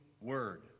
word